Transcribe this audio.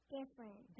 Different